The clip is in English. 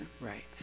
Right